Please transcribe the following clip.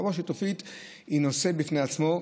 התחבורה השיתופית היא נושא בפני עצמו,